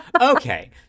Okay